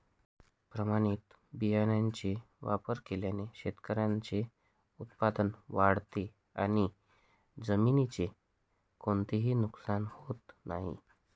प्रमाणित बियाण्यांचा वापर केल्याने शेतकऱ्याचे उत्पादन वाढते आणि जमिनीचे कोणतेही नुकसान होत नाही